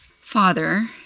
Father